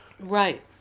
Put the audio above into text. Right